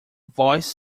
voice